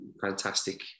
Fantastic